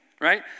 right